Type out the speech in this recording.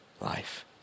life